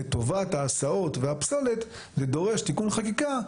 לטובת ההסעות והפסולת זה דורש תיקון חקיקה,